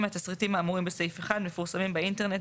מהתשריטים האמורים בסעיף 1 מפורסמים באינטרנט,